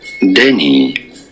Denny